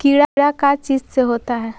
कीड़ा का चीज से होता है?